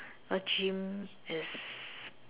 go gym is